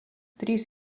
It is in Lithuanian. trys